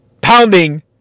pounding